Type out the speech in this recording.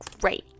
great